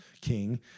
king